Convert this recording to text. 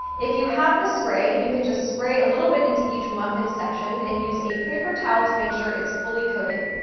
if you have the spray, you can just spray a little bit into each muffin section, and use a paper towel to make sure it's fully coated.